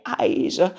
eyes